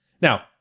Now